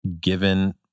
given